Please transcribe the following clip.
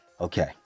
Okay